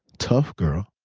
tough girl.